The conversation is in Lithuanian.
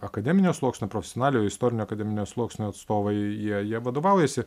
akademinio sluoksnio profesionaliojo istorinio akademinio sluoksnio atstovai jie jie vadovaujasi